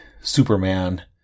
Superman